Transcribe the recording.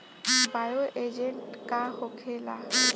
Bio agent का होखेला?